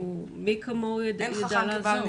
מי כמוהו יידע לעזור.